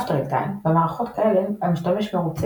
Soft real-time – במערכות כאלה המשתמש מרוצה